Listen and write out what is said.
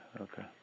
Okay